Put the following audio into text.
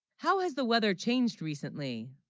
how has the weather changed recently